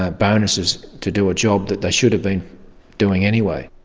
ah bonuses to do a job that they should have been doing anyway.